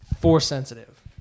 Force-sensitive